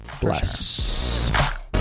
Bless